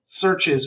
searches